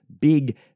big –